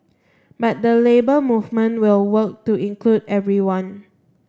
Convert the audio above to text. but the Labour Movement will work to include everyone